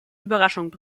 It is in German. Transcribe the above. überraschungen